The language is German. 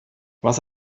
was